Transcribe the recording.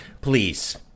Please